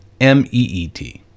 M-E-E-T